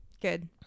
good